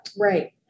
Right